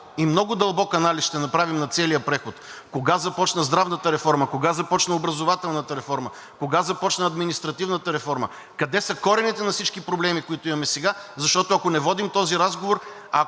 и много дълбок анализ ще направим на целия преход. Кога започна реформа? Кога започна образователната реформа? Кога започна административната реформа? Къде са корените на всички проблеми, които имаме сега? Защото, ако не водим този разговор…